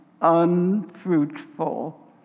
unfruitful